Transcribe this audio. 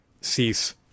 cease